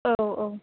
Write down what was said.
औऔ